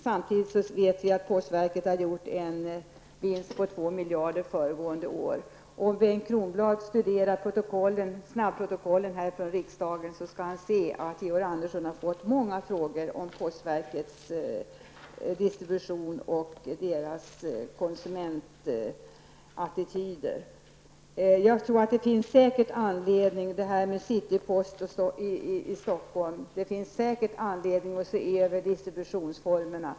Samtidigt vet vi att postverket gjorde en vinst på 2 miljarder kronor föregående år. Om Bengt Kronblad studerar snabbprotokollen från riksdagen, skall han se att Georg Andersson har fått många frågor om postverkets distribution och konsumentattityder. När det gäller City Post i Stockholm finns det säkert anledning att se över distributionsformerna.